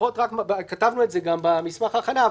כתבנו את זה גם במסמך ההכנה,